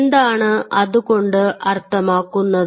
എന്താണ് അതു കൊണ്ട് അർത്ഥമാക്കുന്നത്